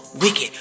wicked